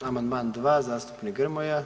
Amandman 2 zastupnik Grmoja.